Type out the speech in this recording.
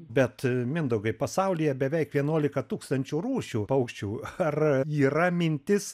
bet mindaugai pasaulyje beveik vienuolika tūkstančių rūšių paukščių ar yra mintis